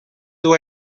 dur